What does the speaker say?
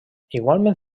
igualment